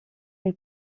une